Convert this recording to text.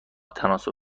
تناسب